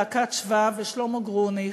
להקת "שבא" ושלמה גרוניך,